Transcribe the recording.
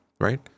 right